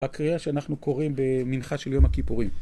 הקריאה שאנחנו קוראים במנחה של יום הכיפורים